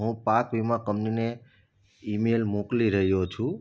હું પાક વીમા કંપનીને ઈમેલ મોકલી રહ્યો છું